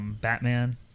Batman